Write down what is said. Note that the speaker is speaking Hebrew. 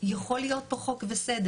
יכול להיות פה חוק וסדר.